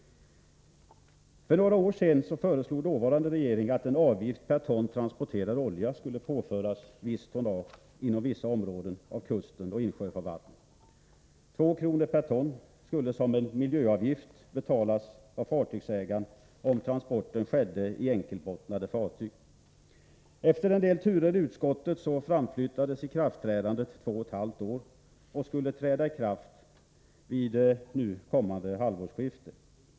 För några år sedan föreslog den dåvarande regeringen att en avgift per ton transporterad olja skulle påföras visst tonnage på vissa områden utefter kusten och av insjövattnen. 2 kr. per ton skulle som en miljöavgift betalas av fartygsägaren, om transporten skedde i enkelbottnade fartyg. Efter en del turer i utskottet framflyttades ikraftträdandet två och ett halvt år — till det nu kommande halvårsskiftet.